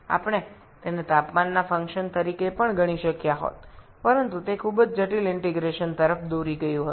আমরা এটি তাপমাত্রার চলরাশি হিসাবেও বিবেচনা করতে পারতাম তবে এটি একটি খুব জটিল ইন্টিগ্রেশনের দিকে নিয়ে যায়